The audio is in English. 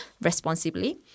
responsibly